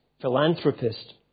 philanthropist